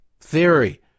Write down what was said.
theory